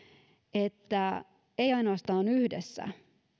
että ei ainoastaan yhdessä